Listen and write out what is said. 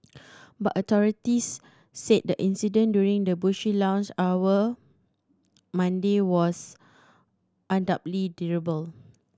but authorities said the incident during the bush lunch hour Monday was undoubtedly